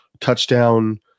touchdown